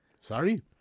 sorry